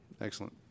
Excellent